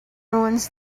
ruins